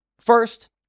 First